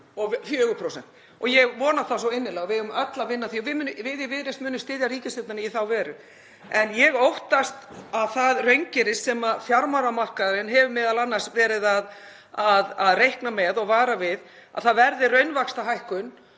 4%. Ég vona það svo innilega og við eigum öll að vinna að því og við í Viðreisn munum styðja ríkisstjórnina í þá veru. En ég óttast að það raungerist sem fjármálamarkaðurinn hefur m.a. verið að reikna með og vara við, að það verði raunvaxtahækkun